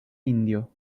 indio